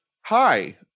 Hi